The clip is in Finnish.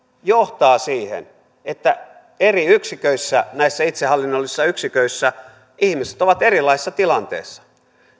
johtaa siihen että eri yksiköissä näissä itsehallinnollisissa yksiköissä ihmiset ovat erilaisissa tilanteissa